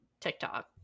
TikTok